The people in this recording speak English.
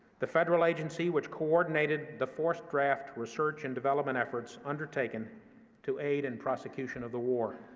the federal agency which coordinated the forced draft research and development efforts undertaken to aid in prosecution of the war.